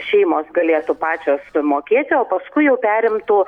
šeimos galėtų pačios sumokėti o paskui jau perimtų